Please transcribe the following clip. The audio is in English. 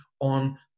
on